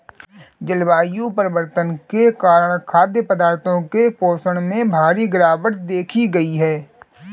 जलवायु परिवर्तन के कारण खाद्य पदार्थों के पोषण में भारी गिरवाट देखी गयी है